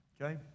Okay